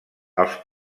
els